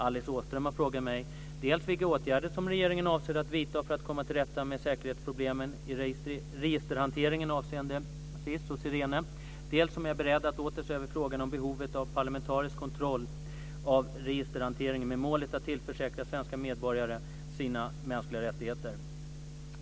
Alice Åström har frågat mig dels vilka åtgärder som regeringen avser att vidta för att komma till rätta med säkerhetsproblemen i registerhanteringen avseende SIS och Sirene, dels om jag är beredd att åter se över frågan om behovet av parlamentarisk kontroll av registerhanteringen med målet att tillförsäkra svenska medborgare sina mänskliga rättigheter.